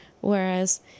Whereas